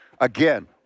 Again